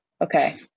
Okay